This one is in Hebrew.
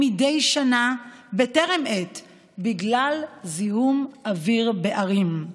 מדי שנה בטרם עת בגלל זיהום אוויר בערים.